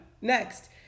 next